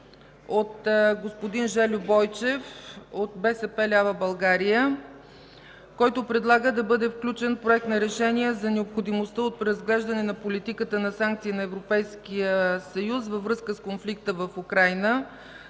от господин Жельо Бойчев от „БСП лява България”. Той предлага да бъде включен Проект за решение за необходимостта от преразглеждане на политиката на санкции на Европейския съюз във връзка с конфликта в Украйна.